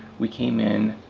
we came in,